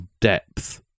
depth